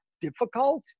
difficult